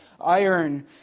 iron